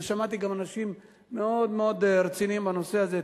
ושמעתי גם אנשים מאוד מאוד רציניים בנושא הזה,